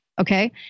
Okay